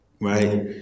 right